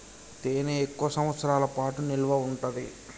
తేనె ఎక్కువ సంవత్సరాల పాటు నిల్వ ఉంటాది